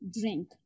drink